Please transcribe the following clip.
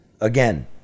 Again